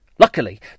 Luckily